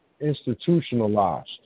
institutionalized